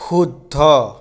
শুদ্ধ